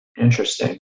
Interesting